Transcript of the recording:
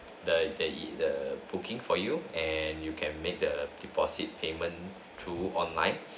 the the the booking for you and you can make the deposit payment through online